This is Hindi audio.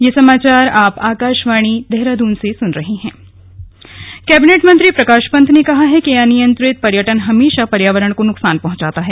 कार्यशाला रामनगर कैबिनेट मंत्री प्रकाश पंत ने कहा है कि अनियंत्रित पर्यटन हमेशा पर्यावरण को नुकसान पहुंचाता है